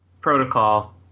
protocol